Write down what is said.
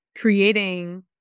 creating